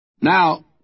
Now